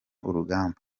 urugamba